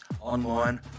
online